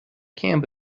camp